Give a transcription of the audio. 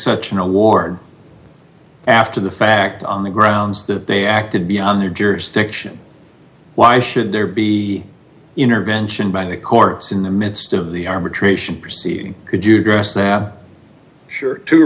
such an award after the fact on the grounds that they acted beyond their jurisdiction why should there be intervention by the courts in the midst of the army tracing proceeding could you address that sure two